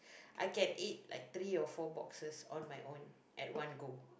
I can eat like three or four boxes on my own at one go